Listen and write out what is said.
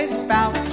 spout